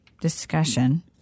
discussion